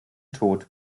tod